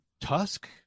Tusk